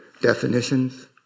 Definitions